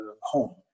home